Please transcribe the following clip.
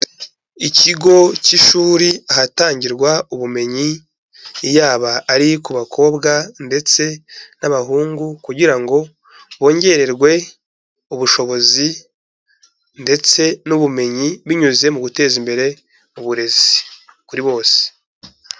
Ikigo cy'ishuri ahatangirwa ubumenyi, yaba ari ku bakobwa ndetse n'abahungu, kugira ngo bongererwe ubushobozi ndetse n'ubumenyi, binyuze mu guteza imbere uburezi kuri bose.